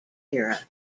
era